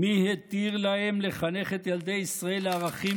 מי התיר להם לחנך את ילדי ישראל לערכים